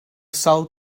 sawl